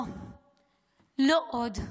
לא עוד.